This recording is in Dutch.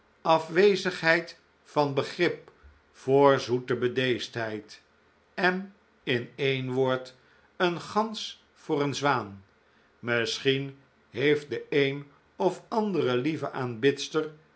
afwezigheid van begrip voor zoete bedeesdheid en in een woord een gans voor een zwaan misschien heeft de een of andere lieve